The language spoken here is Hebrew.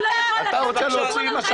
עכשיו אתה מוציא אותה?